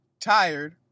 tired